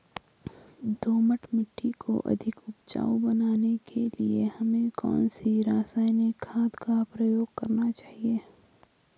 दोमट मिट्टी को अधिक उपजाऊ बनाने के लिए हमें कौन सी रासायनिक खाद का प्रयोग करना चाहिए?